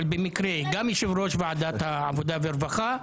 אבל במקרה גם יושב-ראש ועדת העבודה והרווחה,